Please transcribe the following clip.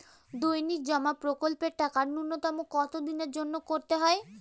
দৈনিক জমা প্রকল্পের টাকা নূন্যতম কত দিনের জন্য করতে হয়?